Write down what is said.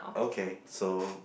okay so